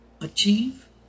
achieve